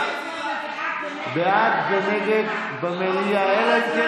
בעד ונגד במליאה, אלא אם כן